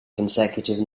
consecutive